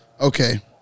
Okay